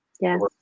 Yes